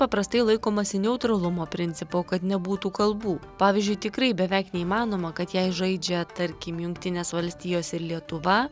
paprastai laikomasi neutralumo principo kad nebūtų kalbų pavyzdžiui tikrai beveik neįmanoma kad jei žaidžia tarkim jungtinės valstijos ir lietuva